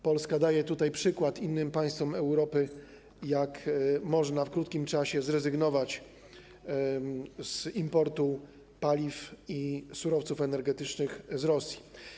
Polska daje tutaj przykład innym państwom Europy, jak można w krótkim czasie zrezygnować z importu paliw i surowców energetycznych z Rosji.